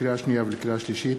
לקריאה שנייה ולקריאה שלישית,